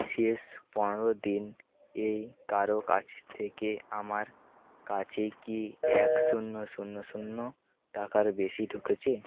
শেষ পনেরো দিনে কারো কাছ থেকে আমার কাছে কি এক শূন্য শূন্য শূন্য শূন্য টাকার বেশি ঢুকেছে